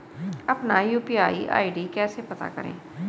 अपना UPI ID कैसे पता करें?